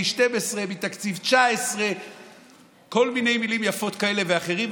12 מתקציב 2019. כל מיני מילים יפות כאלה ואחרות,